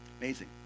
Amazing